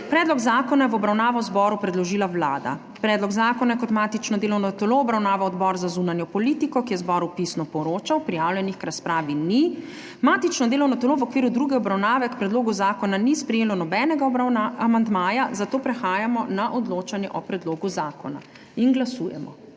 Predlog zakona je v obravnavo zboru predložila Vlada. Predlog zakona je kot matično delovno telo obravnaval Odbor za zunanjo politiko, ki je zboru pisno poročal. Prijavljenih k razpravi ni. Matično delovno telo v okviru druge obravnave k predlogu zakona ni sprejelo nobenega amandmaja, zato prehajamo na odločanje o predlogu zakona. Glasujemo.